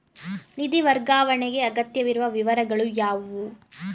ನಿಧಿ ವರ್ಗಾವಣೆಗೆ ಅಗತ್ಯವಿರುವ ವಿವರಗಳು ಯಾವುವು?